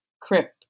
crip